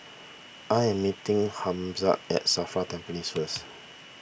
I am meeting Hamza at Safra Tampines first